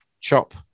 chop